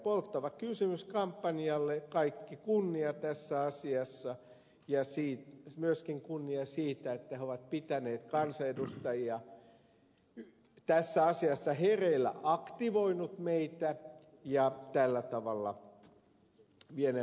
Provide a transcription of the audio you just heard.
polttava kysymys kampanjalle kaikki kunnia tässä asiassa ja myöskin kunnia siitä että he ovat pitäneet kansanedustajia tässä asiassa hereillä aktivoineet meitä ja tällä tavalla vieneet asiaa eteenpäin